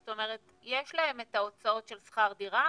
זאת אומרת יש להם את ההוצאות של שכר הדירה,